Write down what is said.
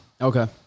Okay